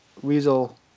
Weasel